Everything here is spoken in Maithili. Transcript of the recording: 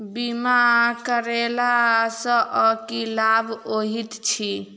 बीमा करैला सअ की लाभ होइत छी?